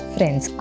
Friends